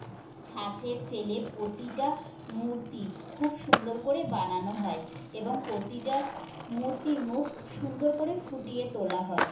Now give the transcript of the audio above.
ছাঁচে ফেলে প্রতিটা মূর্তি খুব সুন্দর করে বানানো হয় এবং প্রতিটা মূর্তির মুখ সুন্দর করে ফুটিয়ে তোলা হয়